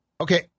Okay